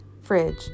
fridge